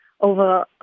over